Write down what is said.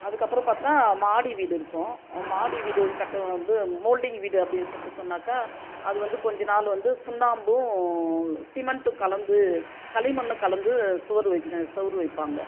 அதுக்கப்புறம் பார்த்தா மாடி வீடு இருக்கும் மாடி வீடு கட்டு வந்து மோல்டிங் வீடு அப்படின்னு சொல்லிட்டு சொன்னாக்கா அது வந்து கொஞ்ச நாள் வந்து சுண்ணாம்பும் சிமெண்ட்டும் கலந்து களிமண்ணும் கலந்து சுவர் வச் செவர் வைப்பாங்கள்